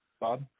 Bob